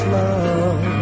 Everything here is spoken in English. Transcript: love